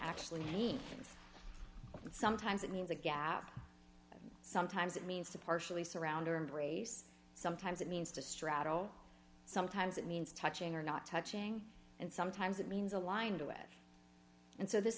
actually means and sometimes it means a gap sometimes it means to partially surround or embrace sometimes it means to straddle sometimes it means touching or not touching and sometimes it means aligned with and so this